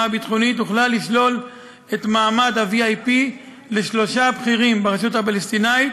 הביטחונית הוחלט לשלול את מעמד ה-VIP משלושה בכירים ברשות הפלסטינית,